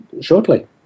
shortly